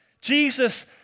Jesus